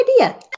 idea